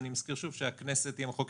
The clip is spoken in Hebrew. אני מזכיר שוב שהכנסת היא המחוקק.